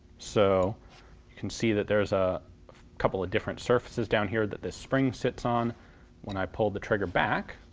so you can see that there's a couple of different surfaces down here that this spring sits on when i pull the trigger back